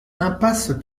impasse